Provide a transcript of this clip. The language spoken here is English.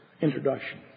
introduction